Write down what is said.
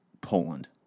poland